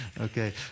Okay